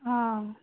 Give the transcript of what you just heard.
हां